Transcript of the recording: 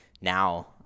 now